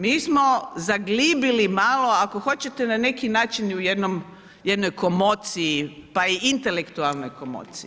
Mi smo zaglibili malo, ako hoćete na neki način i u jednoj komociji pa i intelektualnoj komociji.